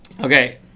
Okay